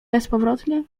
bezpowrotnie